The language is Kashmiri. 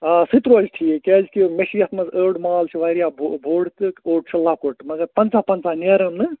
آ سُہ تہِ روزِ ٹھیٖک کیٛازِکہِ مےٚ چھُ یَتھ منٛز اوٚڑ مال چھُ واریاہ بوٚڑ تہٕ اوٚڑ چھُ لۄکُٹ مگر پَنٛژاہ پَنٛژاہ نیریٚن نہٕ